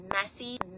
messy